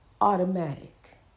automatic